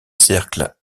cercle